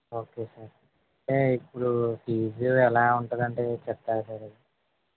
okay sir అంటే ఇప్పుడు fee ఎలా ఉంటుంది అంటే చెప్తారా సార్